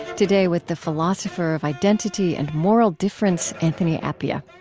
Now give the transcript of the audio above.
today, with the philosopher of identity and moral difference, anthony appiah.